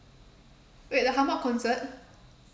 wait the concert